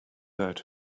out